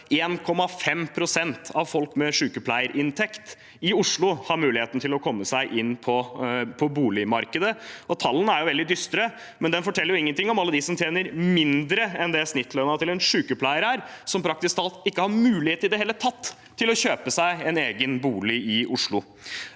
1,5 pst. av folk med sjukepleierinntekt i Oslo har muligheten til å komme seg inn på boligmarkedet. Tallene er veldig dystre, men de forteller ingenting om alle dem som tjener mindre enn det snittlønna til en sjukepleier er, og som praktisk talt ikke har mulighet i det hele tatt til å kjøpe seg en egen bolig i Oslo.